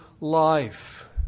life